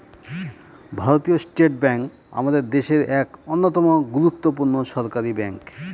ভারতীয় state bank আমাদের দেশের এক অন্যতম গুরুত্বপূর্ণ সরকারি ব্যাঙ্ক